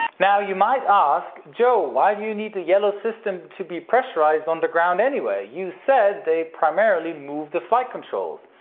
now you might ask, joe why do you need the yellow system to be pressurized on the ground anyway, you said they primarily move the flight controls?